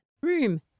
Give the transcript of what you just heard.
Room